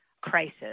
crisis